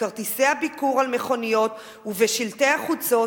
בכרטיסי ביקור על מכוניות ובשלטי חוצות,